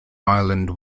island